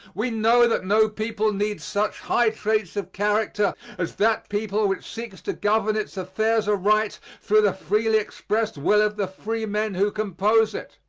we know that no people needs such high traits of character as that people which seeks to govern its affairs aright through the freely expressed will of the free men who compose it.